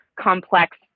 complex